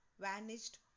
vanished